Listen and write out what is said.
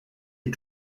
est